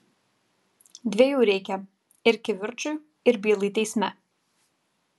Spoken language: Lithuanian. dviejų reikia ir kivirčui ir bylai teisme